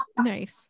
Nice